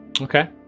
Okay